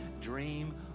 dream